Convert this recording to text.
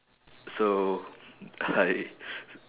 so I